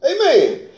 Amen